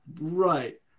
Right